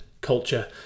culture